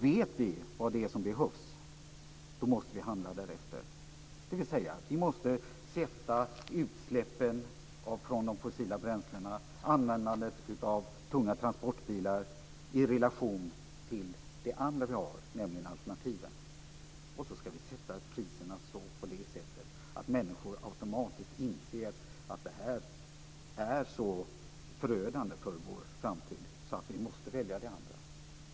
Vet vi vad det är som behövs måste vi handla därefter. Vi måste sätta utsläppen från fossila bränslen, användandet av tunga transportbilar i relation till det andra vi har, nämligen alternativen. Och så ska vi sätta priserna på det sättet att människor automatiskt inser att det här är så förödande för vår framtid att vi måste välja det andra.